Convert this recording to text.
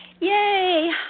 Yay